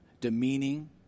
demeaning